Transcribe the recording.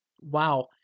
wow